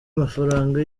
amafaranga